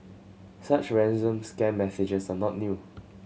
such ransom scam messages are not new